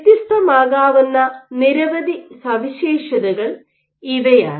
വ്യത്യസ്തമാകാവുന്ന നിരവധി സവിശേഷതകൾ ഇവയാണ്